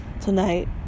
tonight